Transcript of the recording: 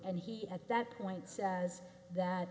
and he at that point says that